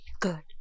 good